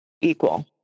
equal